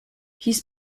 his